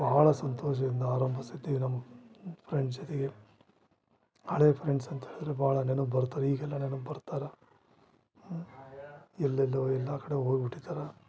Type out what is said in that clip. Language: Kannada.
ಭಾಳ ಸಂತೋಷದಿಂದ ಆರಂಭಿಸಿದ್ದಿವಿ ನಮ್ಮ ಫ್ರೆಂಡ್ಸ್ ಜೊತೆಗೆ ಹಳೆ ಫ್ರೆಂಡ್ಸ್ ಅಂತ ಹೇಳಿದ್ರೆ ಭಾಳ ನೆನಪು ಬರ್ತಾರ್ ಈಗೆಲ್ಲ ನೆನಪು ಬರ್ತಾರೆ ಎಲ್ಲೆಲ್ಲು ಎಲ್ಲ ಕಡೆ ಹೋಗಿ ಬಿಟ್ಟಿದ್ದಾರೆ